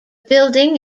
building